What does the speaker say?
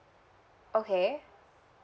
okay